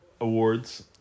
awards